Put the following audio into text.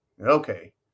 Okay